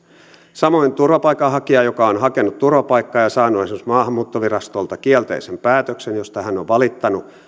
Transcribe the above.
samoin turvapaikanhakija joka on hakenut turvapaikkaa ja saanut esimerkiksi maahanmuuttovirastolta kielteisen päätöksen josta on on valittanut